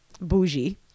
bougie